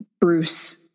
Bruce